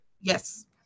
Yes